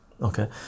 okay